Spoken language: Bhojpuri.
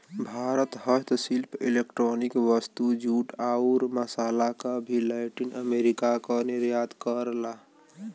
भारत हस्तशिल्प इलेक्ट्रॉनिक वस्तु, जूट, आउर मसाल क भी लैटिन अमेरिका क निर्यात करला